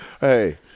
Hey